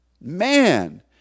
Man